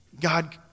God